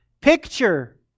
picture